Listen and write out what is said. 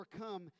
overcome